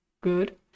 good